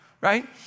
right